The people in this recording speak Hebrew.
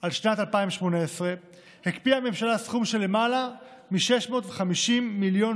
על שנת 2018 הקפיאה הממשלה סכום של למעלה מ-650 מיליון